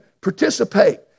participate